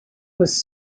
was